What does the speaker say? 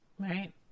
Right